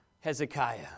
Hezekiah